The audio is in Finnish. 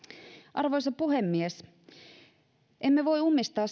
arvoisa puhemies emme voi ummistaa